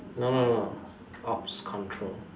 no no no ops control